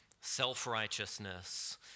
self-righteousness